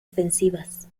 ofensivas